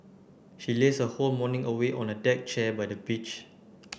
she lazed her whole morning away on a deck chair by the beach